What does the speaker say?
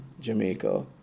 Jamaica